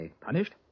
punished